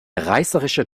reißerischer